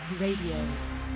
RADIO